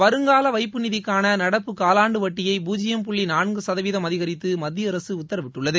வருங்கால வைப்பு நிதிக்கான நடப்பு காலாண்டு வட்டியை பூஜ்ஜியம் புள்ளி நான்கு சதவீதம் அதிகரித்து மத்திய அரசு உத்தரவிட்டுள்ளது